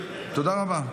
תודה רבה.